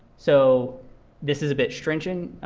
so this is a bit stringent,